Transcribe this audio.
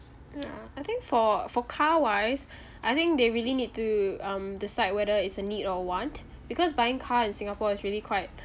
ya I think for for car wise I think they really need to um decide whether it's a need or a want because buying car in singapore is really quite